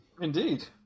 Indeed